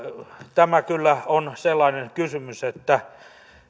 tämä kyllä on sellainen kysymys että